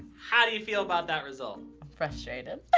how do you feel about that result? i'm frustrated.